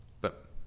But